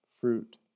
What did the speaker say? fruit